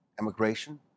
immigration